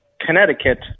Connecticut